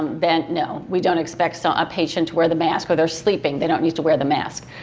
then, no, we don't expect so a patient to wear the mask, or they're sleeping they don't need to wear the mask.